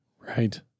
Right